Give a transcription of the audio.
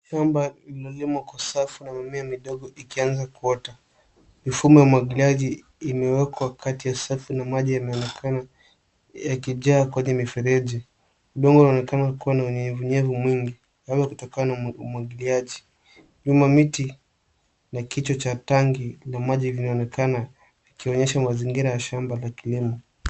Shamba lililolimwa kwa safu na mimea midogo ikianza kuota. Mifumo ya umwagiliaji imewekwa kati ya safu, na maji yanaonekana yakijaa kwenye mifereji. Udongo unaonekana kua na unyevunyevu mwingi, labda kutokana na umwagiliaji. Nyuma miti na kichwa cha tangi la maji vinaonekana, likionyesha mazingira ya shamba la kilimo.